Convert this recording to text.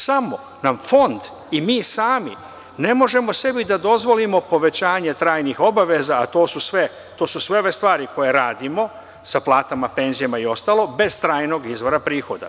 Samo nam Fond i mi sami ne možemo sebi da dozvolimo povećanje trajnih obaveza, a to su sve ove stvari koje radimo sa platama, penzijama i ostalo, bez trajnog izvora prihoda.